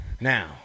Now